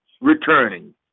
returning